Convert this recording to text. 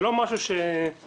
זה לא משהו --- סליחה,